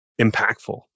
impactful